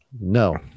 No